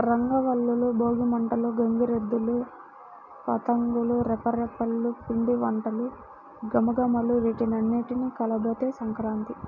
రంగవల్లులు, భోగి మంటలు, గంగిరెద్దులు, పతంగుల రెపరెపలు, పిండివంటల ఘుమఘుమలు వీటన్నింటి కలబోతే సంక్రాంతి